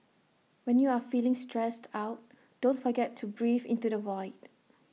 when you are feeling stressed out don't forget to breathe into the void